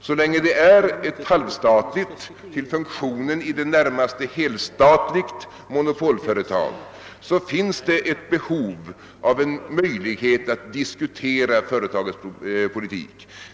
Så länge det är ett halvstatligt, till funktionen i det närmaste helstatligt monopolföretag, finns det behov av en möjlighet att diskutera företagets politik.